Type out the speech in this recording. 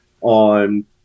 on